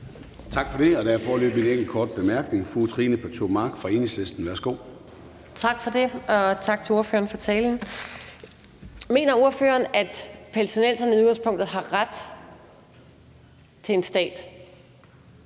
Tak for det. Der er foreløbig en enkelt kort bemærkning. Fru Trine Pertou Mach fra Enhedslisten. Værsgo. Kl. 20:30 Trine Pertou Mach (EL): Tak for det, og tak til ordføreren for talen. Mener ordføreren, at palæstinenserne i udgangspunktet har ret til en stat,